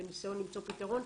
בניסיון למצוא פתרון.